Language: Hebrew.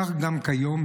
כך גם כיום,